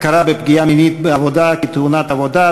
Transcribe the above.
הכרה בפגיעה מינית בעבודה כתאונת עבודה),